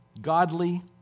Godly